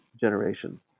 generations